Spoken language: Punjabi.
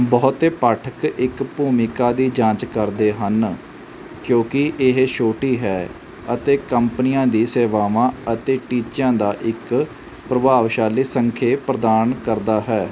ਬਹੁਤੇ ਪਾਠਕ ਇੱਕ ਭੂਮਿਕਾ ਦੀ ਜਾਂਚ ਕਰਦੇ ਹਨ ਕਿਉਂਕਿ ਇਹ ਛੋਟੀ ਹੈ ਅਤੇ ਕੰਪਨੀਆਂ ਦੀ ਸੇਵਾਵਾਂ ਅਤੇ ਟੀਚਿਆਂ ਦਾ ਇੱਕ ਪ੍ਰਭਾਵਸ਼ਾਲੀ ਸੰਖੇਪ ਪ੍ਰਦਾਨ ਕਰਦਾ ਹੈ